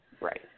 right